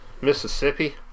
Mississippi